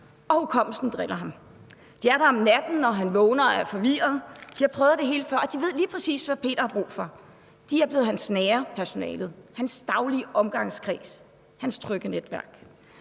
når hukommelsen driller ham. De er der om natten, når han vågner og er forvirret. De har prøvet det hele før, og de ved lige præcis, hvad Peter har brug for. Personalet er blevet hans nære, hans daglige omgangskreds, hans trygge netværk.